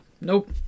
nope